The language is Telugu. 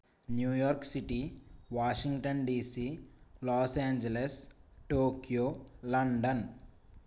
New York city Washington DC Los Angeles Tokyo London